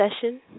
session